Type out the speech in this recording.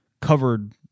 covered